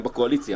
הם בקואליציה